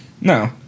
No